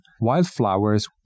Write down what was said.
Wildflowers